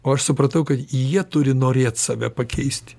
o aš supratau kad jie turi norėt save pakeisti